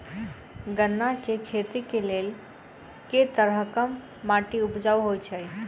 गन्ना केँ खेती केँ लेल केँ तरहक माटि उपजाउ होइ छै?